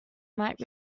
might